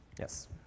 Yes